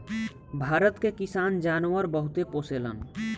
भारत के किसान जानवर बहुते पोसेलन